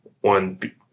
one